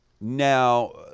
now